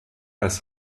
als